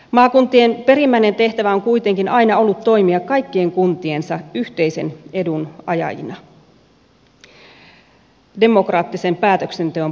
maakuntien perimmäinen tehtävä on kuitenkin aina ollut toimia kaikkien kuntiensa yhteisen edun ajajina demokraattisen päätöksenteon pohjalta